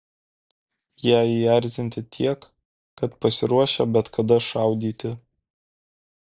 jie įerzinti tiek kad pasiruošę bet kada šaudyti